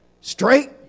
straight